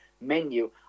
menu